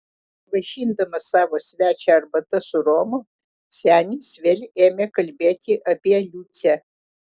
vaišindamas savo svečią arbata su romu senis vėl ėmė kalbėti apie liucę